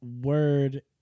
word